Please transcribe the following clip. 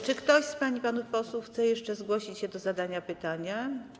Czy ktoś z pań i panów posłów chce jeszcze zgłosić się do zadania pytania?